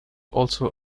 also